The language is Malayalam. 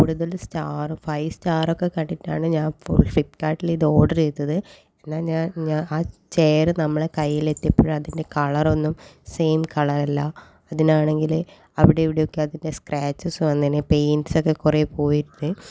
കൂടുതൽ സ്റ്റാർ ഫൈവ് സ്റ്റാർ ഒക്കെ കണ്ടിട്ടാണ് ഞാൻ ഫ്ലിപ്പ്കാർട്ടിൽ ഇത് ഓർഡർ ചെയ്തത് എന്നാൽ ഞാൻ ഞാൻ ആ ചെയർ നമ്മളെ കൈയിൽ എത്തിയപ്പോൾ അതിൻ്റെ കളറൊന്നും സെയിം കളറല്ല അതിനാണെങ്കിൽ അവിടെ ഇവിടെ ഒക്കെ അതിൻ്റെ സ്ക്രാചെസ്സ് വന്നിന് പൈൻറ്റ്സ് ഒക്കെ കുറെ പോയിരുന്നു